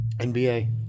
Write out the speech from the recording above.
NBA